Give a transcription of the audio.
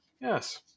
yes